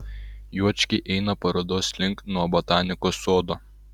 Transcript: juočkiai eina parodos link nuo botanikos sodo